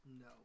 No